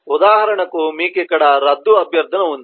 ఉదాహరణకు మీకు ఇక్కడ రద్దు అభ్యర్థన ఉంది